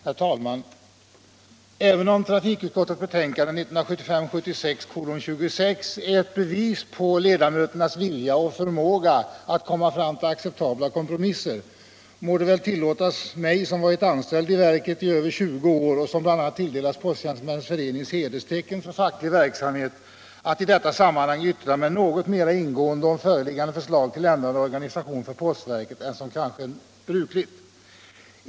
Herr talman! Även om trafikutskottets betänkande 1975/76:26 är ett bevis på ledamöternas vilja och förmåga att komma fram till acceptabla kompromisser må det väl tillåtas mig, som varit anställd i verket i över 20 år och som bl.a. tilldelats Posujänstemännens förenings hederstecken för facklig verksamhet, att i detta sammanhang yttra mig något mera ingående om föreliggande förslag till ändrad organisation för postverket än som kanske är brukligt.